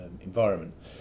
environment